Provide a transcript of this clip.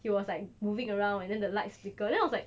he was like moving around and then the lights flicker then I was like